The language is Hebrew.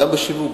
בשיווק,